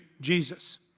Jesus